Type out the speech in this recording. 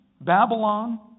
Babylon